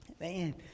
Man